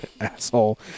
Asshole